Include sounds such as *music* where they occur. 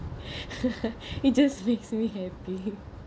*breath* it just makes me happy